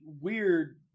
weird